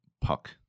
puck